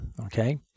Okay